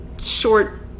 short